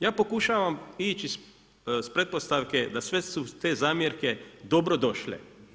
Ja pokušavam ići s pretpostavke da sve su te zamjerke dobrodošle.